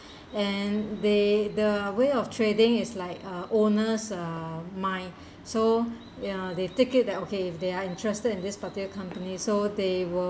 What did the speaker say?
and they the way of trading is like uh owner's uh mind so ya they take it that okay if they are interested in this particular company so they will